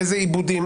איזה עיבודים,